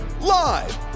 live